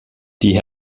die